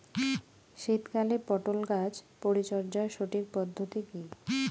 শীতকালে পটল গাছ পরিচর্যার সঠিক পদ্ধতি কী?